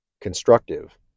constructive